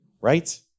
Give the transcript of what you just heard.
Right